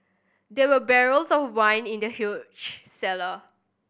there were barrels of wine in the huge cellar